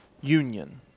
union